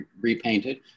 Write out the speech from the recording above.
repainted